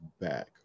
back